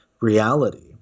reality